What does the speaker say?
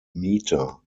meter